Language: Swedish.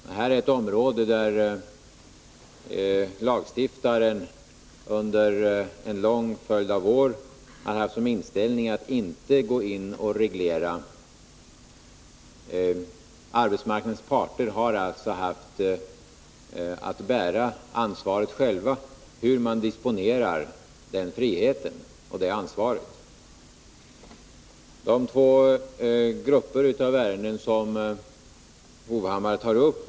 Det här är ett område där lagstiftaren under en lång följd av år haft inställningen att man inte skall gå in och reglera. Arbetsmarknadens parter har alltså haft att bära ansvaret själva, hur man disponerar denna frihet. Det är två grupper av ärenden som Erik Hovhammar tar upp.